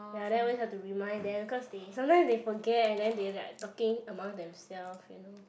ya then always have to remind them because they sometimes they forget and then they're like talking among themselves you know